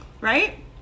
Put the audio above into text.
Right